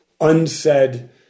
unsaid